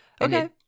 Okay